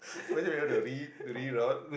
imagine we have to re~ re route